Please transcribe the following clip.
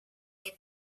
els